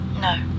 No